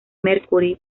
mercury